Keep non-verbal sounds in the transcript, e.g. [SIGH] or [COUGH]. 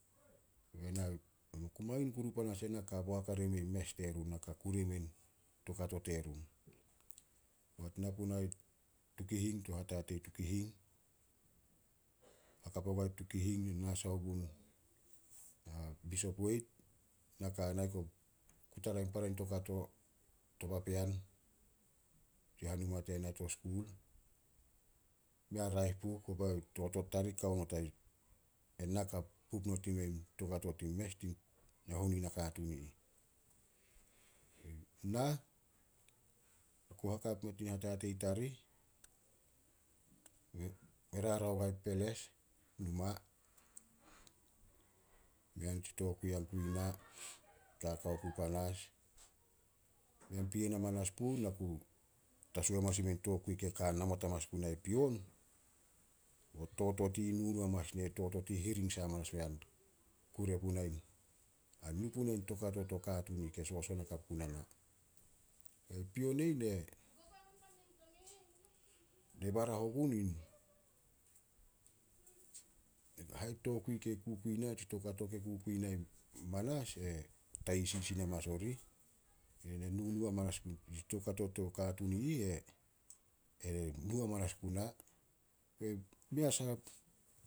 [UNINTELLIGIBLE] Na ku mangin kuru panas ena ka boak hare imeh in mes terun. Na ka kure mein toukato terun. Poat na puna i Tukihing, to hatatei i Tukihing, hakap oguai Tukihing na sai gun Bishop Wade na ka ana. Na ku tara para toukato to papean, nitsi hanuma tena to skul mei a raeh puh, kobao totot tarih ka not a, ena ka pup not i mein toukato tin mes tin nahuenu nakatuun i ih. Nah, na ku hakap mea to hatatei tarih, [UNINTELLIGIBLE] me rarao oguai numa, [NOISE] mei pien amanas puh, na ku tasu hamanas i mein tokui ke namot gunai pion, totot i ih [UNINTELLIGIBLE] hiring sai amanas an kure puna in toukato to katuun i ih ke soson hakap guna na. [NOISE] Ne barah ogun in hai tokui ke kukui na, tsi toukato kei kukui na manas, e tayia sisin hamanas orih. [UNINTELLIGIBLE] Toukato to katuun i ih e nu amanas guna. [UNINTELLIGIBLE] Mei as